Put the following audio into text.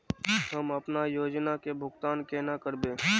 हम अपना योजना के भुगतान केना करबे?